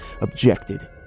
objected